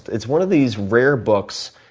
it's one of these rare books,